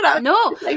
No